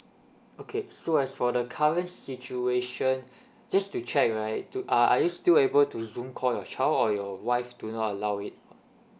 okay so as for the current situation just to check right to are you still able to zoom call your child or your wife do not allow it